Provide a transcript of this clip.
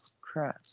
crap